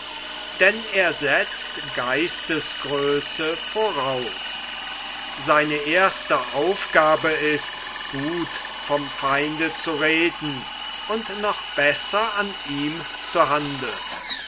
denn er setzt geistesgröße voraus seine erste aufgabe ist gut vom feinde zu reden und noch besser an ihm zu handeln